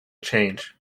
change